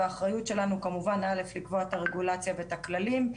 והאחריות שלנו כמובן אלף לקבוע את הרגולציה ואת הכללים,